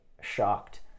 shocked